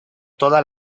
toda